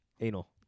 Anal